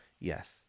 yes